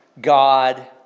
God